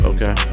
Okay